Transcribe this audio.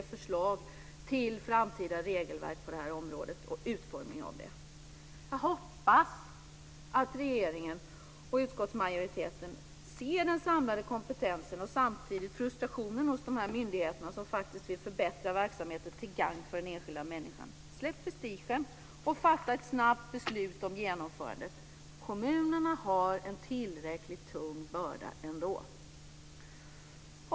Jag hoppas att regeringen och utskottsmajoriteten ser den samlade kompetensen och samtidigt frustrationen hos de här myndigheterna, som faktiskt vill förbättra verksamheten till gagn för den enskilda människan. Släpp prestigen och fatta ett snabbt beslut om genomförandet! Kommunerna har en tillräckligt tung börda ändå.